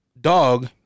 dog